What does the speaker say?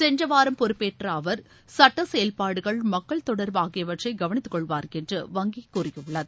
சென்றவாரம் பொறுப்பேற்றஅவர்சட்டசெயவ்பாடுகள் மக்கள் தொடர்பு ஆகியவற்றைகவனித்துக் கொள்வார் என்று வங்கிகூறியுள்ளது